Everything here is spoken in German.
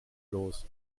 los